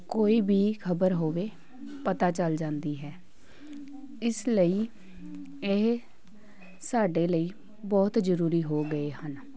ਕੋਈ ਵੀ ਖ਼ਬਰ ਹੋਵੇ ਪਤਾ ਚੱਲ ਜਾਂਦੀ ਹੈ ਇਸ ਲਈ ਇਹ ਸਾਡੇ ਲਈ ਬਹੁਤ ਜ਼ਰੂਰੀ ਹੋ ਗਏ ਹਨ